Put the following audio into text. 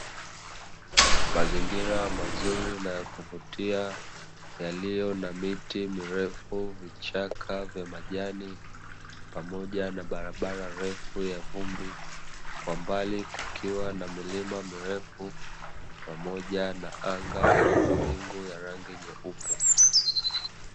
Mazingira mazuri na ya kuvutia, yaliyo na miti mirefu, vichaka vya majani pamoja na barabara refu ya vumbi. Kwa mbali kukiwa na milima mirefu, pamoja na anga lenye mawingu ya rangi nyeupe.